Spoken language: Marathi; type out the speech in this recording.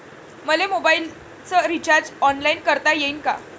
मले मोबाईलच रिचार्ज ऑनलाईन करता येईन का?